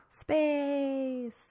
Space